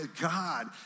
God